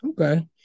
okay